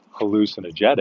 hallucinogenic